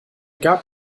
gab